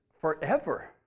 forever